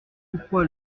pourquoi